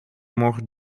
morgen